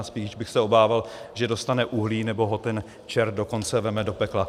Spíš bych se obával, že dostane uhlí nebo ho ten čert dokonce vezme do pekla.